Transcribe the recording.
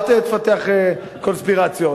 אל תפתח קונספירציות.